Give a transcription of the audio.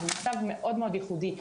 זה מצב מאוד ייחודי.